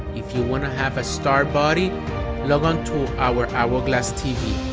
if you want to have a star body log on to our hourglass tv.